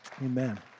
Amen